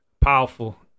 powerful